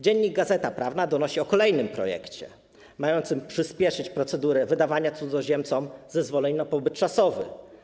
Dziennik Gazeta Prawna” donosi o kolejnym projekcie mającym przyspieszyć procedurę wydawania cudzoziemcom zezwoleń na pobyt czasowy.